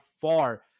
far